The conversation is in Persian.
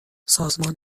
سازمان